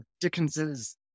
Dickens's